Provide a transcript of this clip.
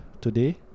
today